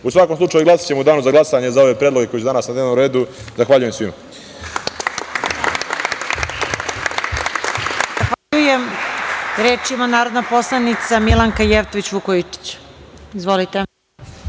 U svakom slučaju glasaćemo u danu za glasanje, za ove predloge koji su danas na dnevnom redu. Zahvaljujem svima. **Marija Jevđić** Zahvaljujem. Reč ima narodna poslanica Milanka Jevtović Vukojičić. Izvolite.